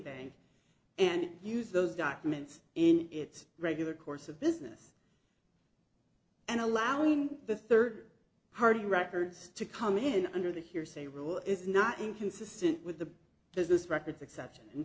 bank and use those documents in its regular course of business and allowing the third party records to come in under the hearsay rule is not inconsistent with the business records exception in